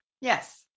Yes